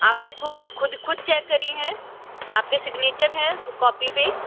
आपने खुद खुद खुद चेक करी है आपके सिग्नचर हैं कॉपी पे